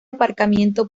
aparcamiento